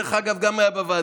דרך אגב, הוא גם היה בוועדות.